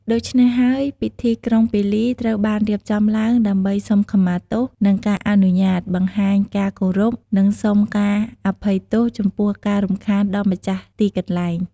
ដូច្នេះហើយ ពិធីក្រុងពាលី ត្រូវបានរៀបចំឡើងដើម្បី សុំខមាទោស និងការអនុញ្ញាត បង្ហាញការគោរព និងសុំការអភ័យទោសចំពោះការរំខានដល់ម្ចាស់ទីកន្លែង។